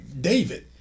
David